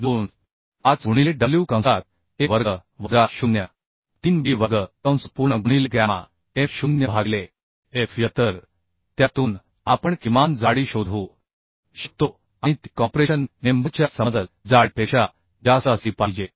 5 गुणिले डब्ल्यू गुणिले वर्ग वजा 0 3 b वर्ग गुणिले गॅमा m0 भागिले f y तर त्यातून आपण किमान जाडी शोधू शकतो आणि ती कॉम्प्रेशन मेम्बरच्या समतल जाडीपेक्षा जास्त असली पाहिजे